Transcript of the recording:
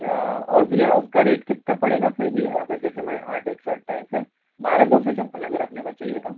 अच्छा और भैया उसका रेट कितना पड़ेगा फिर भी अगर जैसे मैं आठ एक सौ अट्ठाईस है बारह दो सौ छप्पन अगर अपने को चाहिए तो